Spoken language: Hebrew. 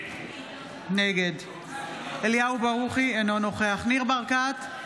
נגד אליהו ברוכי, אינו נוכח ניר ברקת,